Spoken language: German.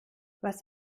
was